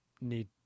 need